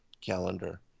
calendar